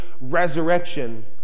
resurrection